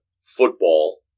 football